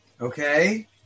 Okay